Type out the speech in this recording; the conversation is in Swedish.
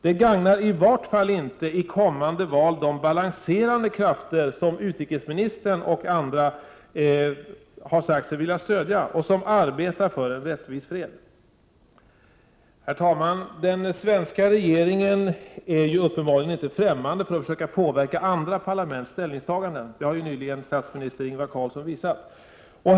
Det gagnar i vart fall inte i kommande val de balanserade krafter som utrikesministern och andra har sagt sig vilja stödja och som arbetar för en rättvis fred. Herr talman! Den svenska regeringen är uppenbarligen inte främmande för att försöka påverka andra parlaments ställningstaganden. Det har ju nyligen statsminister Ingvar Carlsson visat.